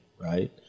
right